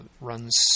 Runs